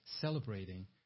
celebrating